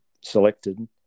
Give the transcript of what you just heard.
selected